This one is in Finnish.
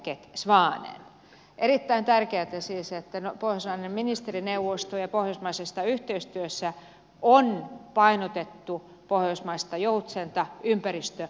on erittäin tärkeätä siis että pohjoismaiden ministerineuvostossa ja pohjoismaisessa yhteistyössä on painotettu joutsenmerkkiä eli pohjoismaista ympäristömerkkiä